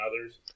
others